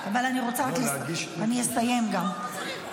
אני יכול לקבוע להם פה יעדים,